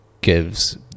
gives